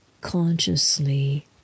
consciously